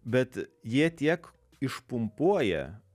bet jie tiek išpumpuoja